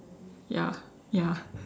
ya ya